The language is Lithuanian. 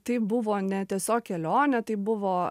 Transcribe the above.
tai buvo ne tiesiog kelionė tai buvo